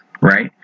right